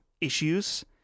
issues